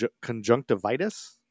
conjunctivitis